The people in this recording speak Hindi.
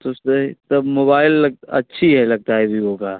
तो उसमें तब मोबाइल अच्छी है लगता है विवो का